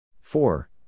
Four